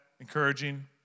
encouraging